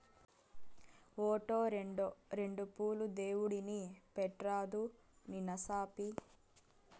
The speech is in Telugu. ఓటో, రోండో రెండు పూలు దేవుడిని పెట్రాదూ నీ నసాపి